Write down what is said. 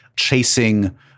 chasing